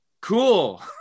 cool